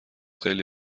خیلی